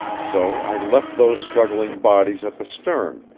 so i left those struggling bodies at the stern,